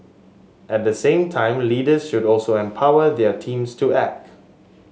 at the same time leaders should also empower their teams to act